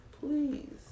Please